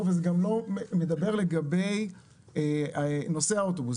וזה גם לא מדבר על נושאי האוטובוס,